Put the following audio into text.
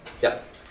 Yes